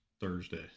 Thursday